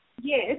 Yes